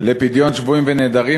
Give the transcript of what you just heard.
בנושא פדיון שבויים ונעדרים,